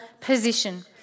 position